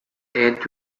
and